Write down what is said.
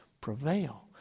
prevail